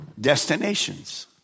destinations